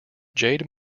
jade